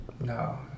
No